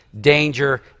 danger